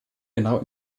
genau